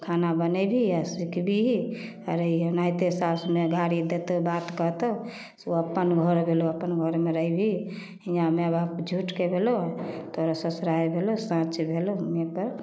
खाना बनैभी आओर सिखबही आओर रहिहे ओनाहिते सास माइ गारि देतौ बात कहतौ ओ अप्पन घर भेलौ अप्पन घरमे रहभी हियाँ माइ बाप झूठके भेलौ आओर तोरा ससुरारि भेलौ साँच भेलौ हुएँपर